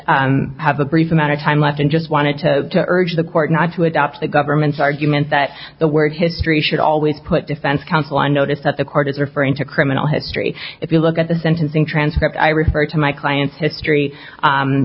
just have a brief amount of time left and just wanted to urge the court not to adopt the government's argument that the word history should always put defense counsel on notice that the court is referring to criminal history if you look at the sentencing transcript i referred to my client's history